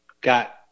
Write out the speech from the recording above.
got